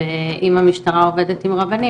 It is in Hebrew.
ואם המשטרה עובדת עם רבנים,